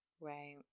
Right